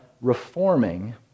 reforming